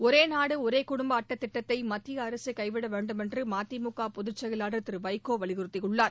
ஒரே நாடு ஒரே குடும்ப அட்டை திட்டத்தை மத்திய அரசு கைவிட வேண்டும் என்று மதிமுக பொதுச் செயலாளர் திரு வைகோ வலியுறுத்தியுள்ளார்